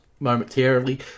momentarily